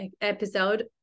episode